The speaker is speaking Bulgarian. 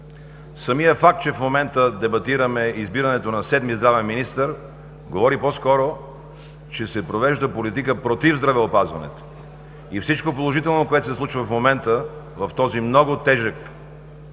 самият факт, че в момента дебатираме избирането на седми здравен министър, говори по-скоро, че се провежда политика против здравеопазването. И всичко положително, което се случва в момента в този много тежък